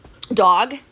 dog